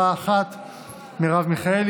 גינזבורג.